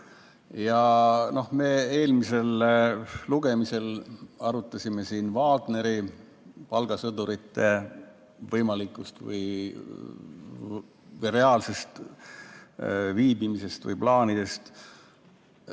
segasem. Eelmisel lugemisel arutasime siin Wagneri palgasõdurite võimalikku või reaalset viibimist või plaane.